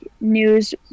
news